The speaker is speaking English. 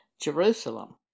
Jerusalem